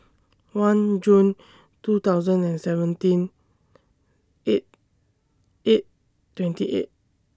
one June two thousand and seventeen eight eight twenty eight